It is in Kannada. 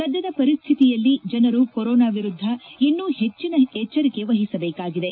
ಸದ್ದದ ಪರಿಸ್ಥಿತಿಯಲ್ಲಿ ಜನರು ಕೊರೊನಾ ವಿರುದ್ದ ಇನ್ನೂ ಹೆಚ್ಚಿನ ಎಚ್ಚರಿಕೆ ವಹಿಸಬೇಕಾಗಿದೆ